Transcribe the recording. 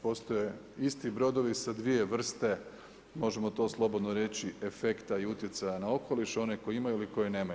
Postoje isti brodovi sa dvije vrste možemo to slobodno reći efekta i utjecaja na okoliš, one koji imaju i one koji nemaju.